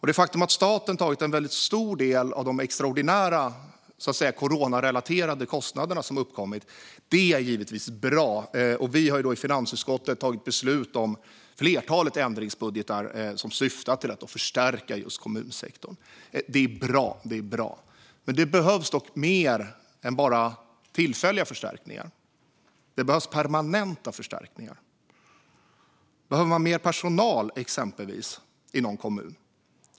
Det faktum att staten har tagit en stor del av de extraordinära coronarelaterade kostnaderna som har uppkommit är givetvis bra. Vi har i finansutskottet fattat beslut om ett flertal ändringsbudgetar som syftar till att förstärka kommunsektorn. Det är bra. Men det behövs dock mer än bara tillfälliga förstärkningar. Det behövs permanenta förstärkningar. Behöver man mer personal i någon kommun?